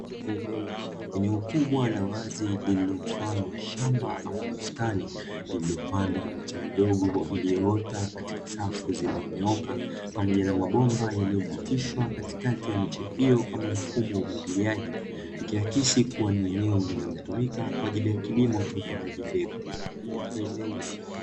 Eneo kubwa la wazi lilo mfano wa shamba ama bustani iliyopandwa miche midogo iliyoota katika safu zilizonyooka pamoja na mabomba yaliyopitishwa katikati ya miche hiyo kama mfumo wa umwagiliaji ikiakisi kuwa ni eneo linalotumika kwa ajili ya kilimo cha upandaji mbegu.